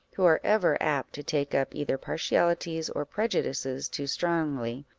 who are ever apt to take up either partialities or prejudices too strongly,